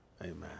Amen